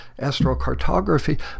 astrocartography